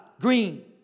green